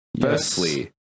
firstly